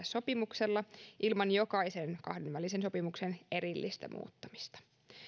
sopimuksella ilman jokaisen kahdenvälisen sopimuksen erillistä muuttamista